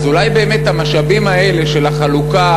אז אולי באמת את המשאבים האלה של החלוקה